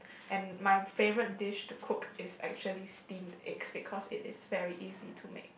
and my favourite dish to cook is actually steamed egg because it is very easy to make